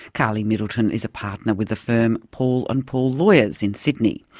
carly middleton is a partner with the firm paul and paul lawyers in sydney.